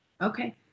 Okay